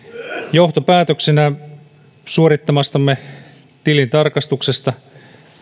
johtopäätöksenä suorittamastamme tilintarkastuksesta